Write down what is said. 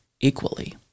equally